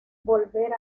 volver